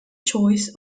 choice